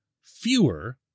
fewer